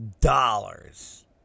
Dollars